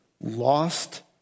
lost